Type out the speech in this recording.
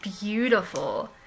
Beautiful